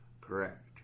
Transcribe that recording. Correct